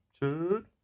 Two